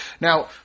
Now